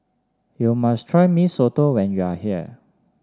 you must try Mee Soto when you are here